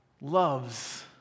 loves